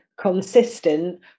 Consistent